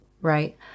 right